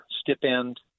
stipend